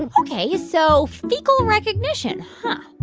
and ok. so fecal recognition. huh.